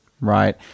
Right